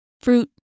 fruit